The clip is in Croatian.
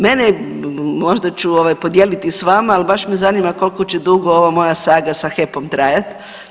Možda ću podijeliti sa vama, ali baš me zanima koliko će dugo ova moja saga sa HEP-om trajati.